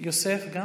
גם יוסף?